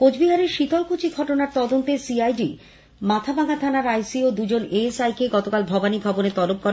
কোচবিহারের শীতলকুচি ঘটনার তদন্তে সিআইডি মাথাভাঙ্গা থানার আইসি ও দুজন এএসআই কে গতকাল ভবানীভবনে তলব করে